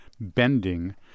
bending